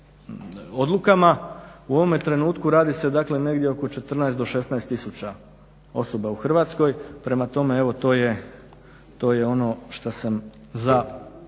U ovome trenutku radi se negdje oko 14 do 16 tisuća osoba u Hrvatskoj. Prema tome, evo to je ono što sam za